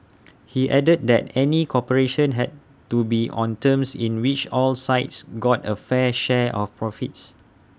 he added that any cooperation had to be on terms in which all sides got A fair share of profits